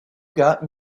got